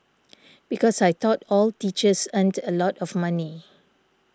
because I thought all teachers earned a lot of money